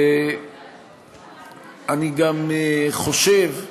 אני גם חושב,